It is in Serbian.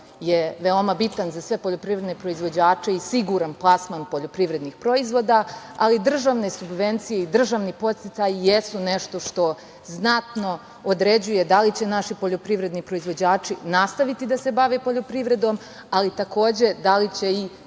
je veoma bitan za sve poljoprivredne proizvođače i siguran plasman poljoprivrednih proizvoda, ali državne subvencije i državni podsticaji jesu nešto što znatno određuje da li će naši poljoprivredni proizvođači nastaviti da se bave poljoprivredom, ali takođe i da li će